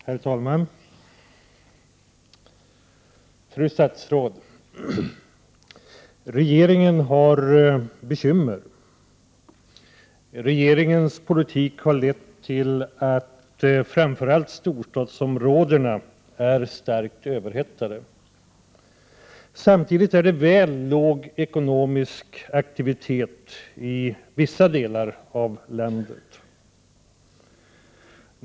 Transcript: Herr talman! Fru statsråd! Regeringen har bekymmer. Regeringens politik har lett till att framför allt storstadsområdena är starkt överhettade. Samtidigt är det väl låg ekonomisk aktivitet i vissa delar av landet.